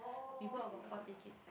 we book about four ticket